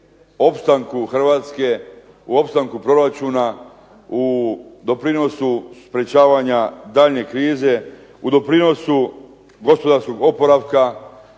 u opstanku Hrvatske, u opstanku proračuna, u doprinosu sprečavanja daljnje krize, u doprinosu gospodarskog oporavka,